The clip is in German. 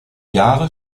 jahre